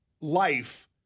life